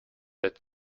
that